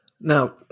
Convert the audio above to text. Now